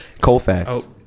Colfax